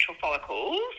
follicles